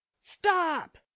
stop